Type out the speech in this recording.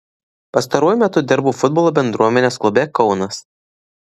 pastaruoju metu dirbau futbolo bendruomenės klube kaunas